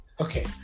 okay